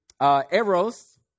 eros